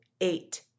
eight